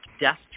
death